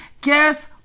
guess